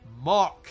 mark